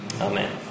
Amen